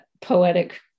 poetic